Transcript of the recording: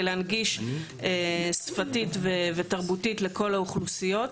להנגיש שפתית ותרבותית לכל האוכלוסיות.